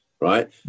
right